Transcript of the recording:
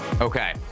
okay